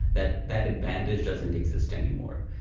that that advantage doesn't exist anymore.